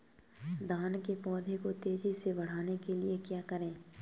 धान के पौधे को तेजी से बढ़ाने के लिए क्या करें?